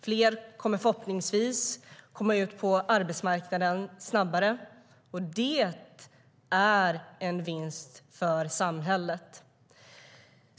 Fler kommer förhoppningsvis att komma ut på arbetsmarknaden snabbare, och det är en vinst för samhället.